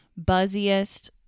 buzziest